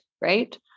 right